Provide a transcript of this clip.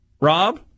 Rob